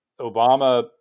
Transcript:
Obama